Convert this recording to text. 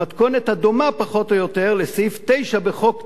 במתכונת הדומה פחות או יותר לסעיף 9 בחוק טל,